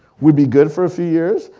we'd be good for a few years,